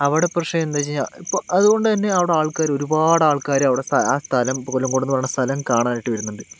അവിടെ പക്ഷെ എന്താന്ന് വെച്ചു കഴിഞ്ഞാൽ ഇപ്പോൾ അതുകൊണ്ട് തന്നെ അവടെ ആൾക്കാര് ഒരുപാട് ആൾക്കാര് അവിടെ ആ സ്ഥലം കൊല്ലങ്കോടെന്ന് പറയുന്ന സ്ഥലം കാണാനായിട്ട് വരുന്നുണ്ട്